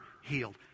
healed